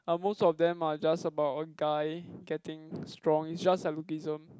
are most of them are just about a guy getting strong is just like Lookism